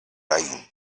ain